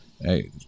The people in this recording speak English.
Hey